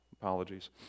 apologies